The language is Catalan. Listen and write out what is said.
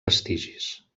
vestigis